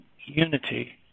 unity